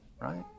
right